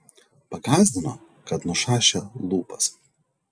pagąsdino kad nušašią lūpas